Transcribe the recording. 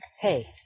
Hey